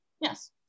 Yes